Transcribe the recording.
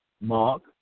Mark